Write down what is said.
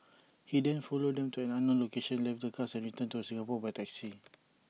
he then followed them to an unknown location left the cars and returned to Singapore by taxi